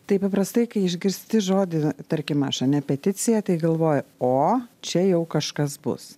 taip paprastai kai išgirsti žodį na tarkim aš ane peticija tai galvoji o čia jau kažkas bus